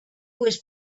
was